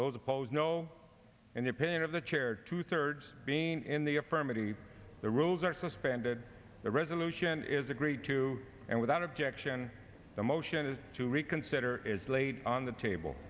opposed no in their pin of the chair two thirds being in the affirmative the rules are suspended the resolution is agreed to and without objection the motion to reconsider is laid on the table